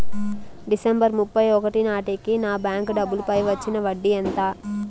December ముప్పై ఒకటి నాటేకి నా బ్యాంకు డబ్బుల పై వచ్చిన వడ్డీ ఎంత?